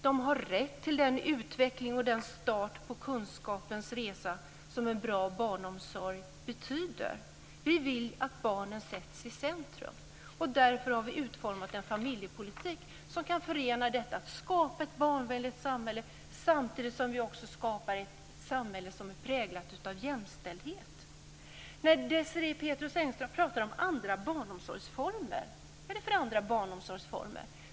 De har rätt till den utveckling och den start på kunskapens resa som en bra barnomsorg betyder. Vi vill att barnen sätts i centrum. Därför har vi utformat en familjepolitik som kan förena skapandet av ett barnvänligt samhälle med att vi samtidigt skapar ett samhälle präglat av jämställdhet. Desirée Pethrus Engström pratar om andra barnomsorgsformer. Vad är det för andra barnomsorgsformer?